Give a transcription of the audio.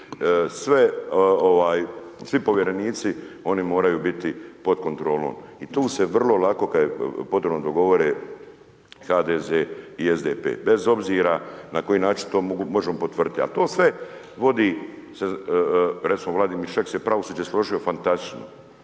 svi povjerenici oni moraju biti pod kontrolom. I tu se vrlo lako kada je potrebno dogovore HDZ i SDP, bez obzira na koji način to možemo potvrditi. A to sve vodi, recimo Vladimir Šeks je pravosuđe složio fantastično,